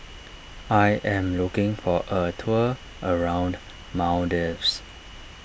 I am looking for a tour around Maldives